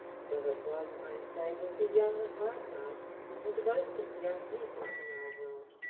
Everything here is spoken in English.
so it was, i say, with the young of my class and most of the young people in our world.